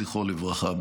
זכרו לברכה,